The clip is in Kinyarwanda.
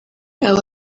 aba